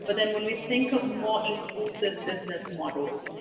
but when when we think of more inclusive business models,